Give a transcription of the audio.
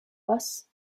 bus